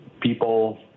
people